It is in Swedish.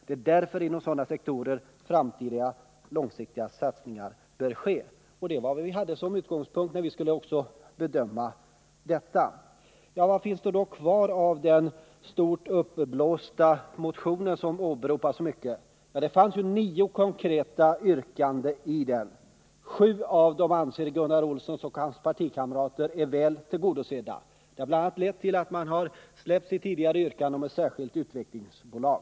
Det är därför inom sådana sektorer framtida långsiktiga satsningar bör ske.” Det var vad vi hade som utgångspunkt när vi skulle bedöma den här frågan. Vad finns det då kvar av den stort uppblåsta motionen som åberopas så mycket? Det finns nio konkreta yrkanden i den. Gunnar Olsson och hans partikamrater anser att sju av dem är väl tillgodosedda. Detta har bl.a. lett tillatt man släppt sitt tidigare yrkande om ett särskilt utvecklingsbolag.